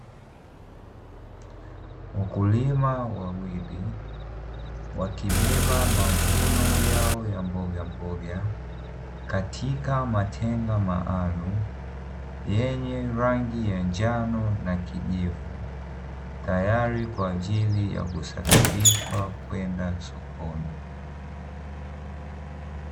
Wakulima wawili wakibeba mavuno yao ya mbogamboga katika matenga maalumu yenye rangi ya njano na kijivu , tayari kwa kwaajili ya kusafirishwa kwenda sokoni.